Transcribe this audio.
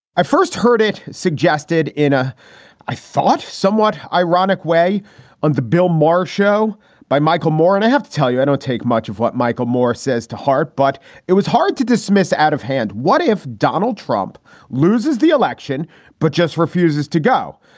i first heard it suggested in a i thought, somewhat ironic way on the bill marr show by michael moore. and i have to tell you, i don't take much of what michael moore says to heart, but it was hard to dismiss out of hand. what if donald trump loses the election but just refuses to go?